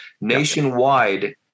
Nationwide